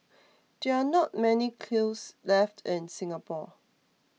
there are not many kilns left in Singapore